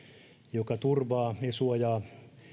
joka turvaa ja suojaa